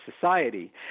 society